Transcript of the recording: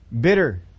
bitter